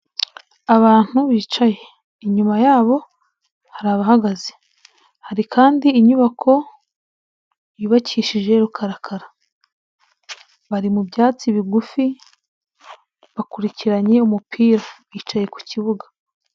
Abantu bicaye inyuma yabo hari abahagaze, hari kandi inyubako yubakishije rukarakara, bari mu byatsi bigufi bakurikiranye umupira bicaye ku kibuga.